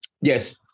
Yes